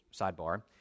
sidebar